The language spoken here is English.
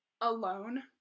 alone